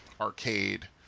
arcade